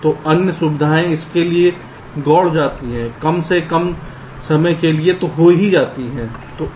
तो अन्य सुविधाएँ आपके लिए गौण हो जाएंगी कम से कम कुछ समय के लिए हो सकती हैं